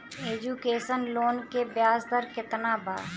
Education loan के ब्याज दर केतना बा?